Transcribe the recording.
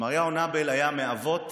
שמריהו נאבל היה מאבות